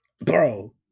Bro